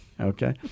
Okay